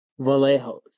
Vallejos